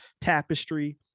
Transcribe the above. tapestry